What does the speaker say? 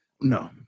No